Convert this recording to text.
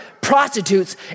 prostitutes